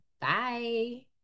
Bye